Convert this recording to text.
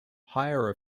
higher